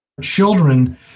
children